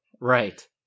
Right